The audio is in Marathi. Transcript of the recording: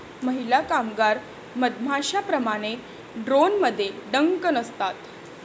महिला कामगार मधमाश्यांप्रमाणे, ड्रोनमध्ये डंक नसतात